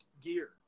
gear